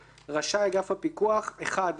רשאי אגף הפיקוח (1) לערוך,